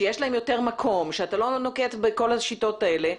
שיש להם יותר מקום ושאתה לא נוקט בכל השיטות האלה,